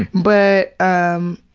but, um,